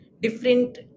different